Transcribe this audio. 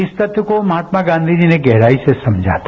इस तथ्य को महात्मा गांधीजी ने गहराई से समझा था